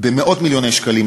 במאות מיליוני שקלים,